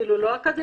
אפילו לא אקדמאית,